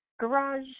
garage